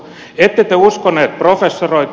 ette te uskoneet professoreita